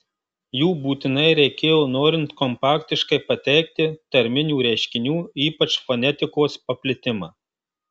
jų būtinai reikėjo norint kompaktiškai pateikti tarminių reiškinių ypač fonetikos paplitimą